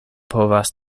povas